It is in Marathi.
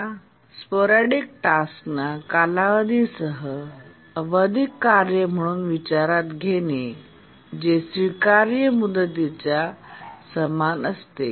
या स्पोरॅडीक टास्कना कालावधीसह आवधिक कार्य म्हणून विचारात घेणे जे स्वीकार्य मुदतीच्या समान असते